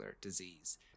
disease